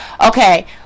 Okay